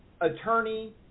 Attorney